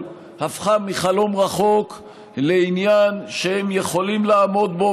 הפכה מחלום רחוק לעניין שהם יכולים לעמוד בו,